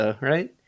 right